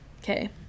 Okay